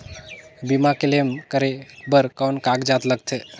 बीमा क्लेम करे बर कौन कागजात लगथे?